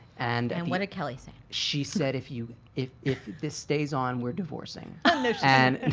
and and what did kelli say? she said if you if if this stays on, we're divorcing. um no and and